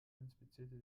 inspizierte